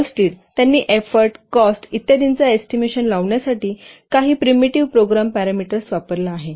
Halstead त्यांनी effort cost इत्यादिचा estimation लावण्यासाठी काही प्रिमिटिव्ह प्रोग्राम पॅरामीटर्स वापरला आहे